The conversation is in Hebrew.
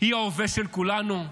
הוא ההווה של כולנו,